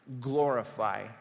glorify